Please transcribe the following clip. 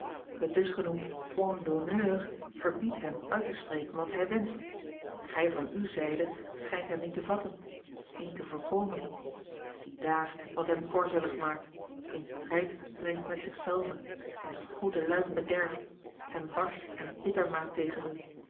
dusgenoemd point d'honneur verbiedt hem uit te spreken wat hij wenscht gij van uwe zijde schijnt hem niet te vatten niet te voorkomen ziedaar wat hem korzelig maakt in strijd brengt met zich zelven zijne goede luim bederft hem barsch en bitter maakt tegen u